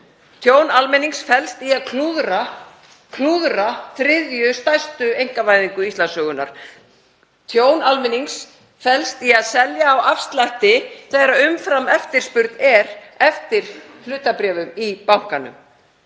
Tjón almennings felst í að klúðra þriðju stærstu einkavæðingu Íslandssögunnar. Tjón almennings felst í að selja á afslætti þegar umframeftirspurn er eftir hlutabréfum í bankanum,